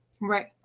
right